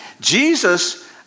Jesus